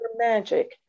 magic